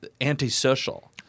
antisocial